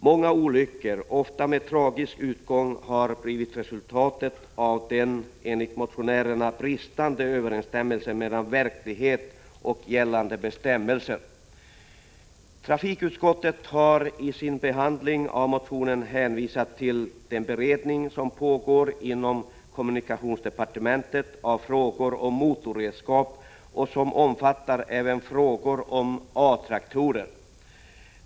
Många olyckor, ofta med tragisk utgång, har blivit resultatet av den enligt motionärerna bristande överensstämmelsen mellan verklighet och gällande bestämmelser. Trafikutskottet har i sin behandling av motionen hänvisat till den beredning som pågår inom kommunikationsdepartementet av frågor om motorredskap och som omfattar även frågor om A-traktorer.